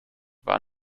war